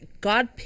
god